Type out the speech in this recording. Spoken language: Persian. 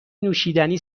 نوشیدنی